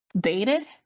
dated